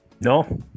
No